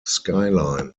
skyline